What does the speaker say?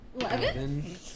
Eleven